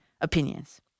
opinions